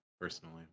personally